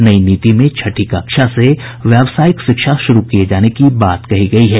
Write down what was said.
नई नीति में छठी कक्षा से व्यावसायिक शिक्षा शुरू किये जाने की बात कही गयी है